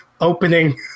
opening